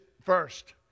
first